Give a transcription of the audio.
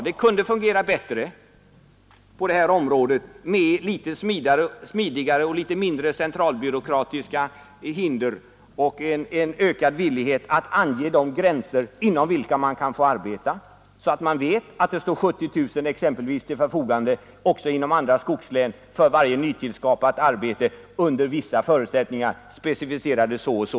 Det kunde fungera bättre, om handläggningen varit litet smidigare och om vi hade litet färre centralbyråkratiska hinder samt en större villighet att ange de gränser inom vilka man kan få arbeta, så att man vet att det också inom andra skogslän under vissa förutsättningar står t.ex. 70 000 kronor till förfogande, specificerade så och så.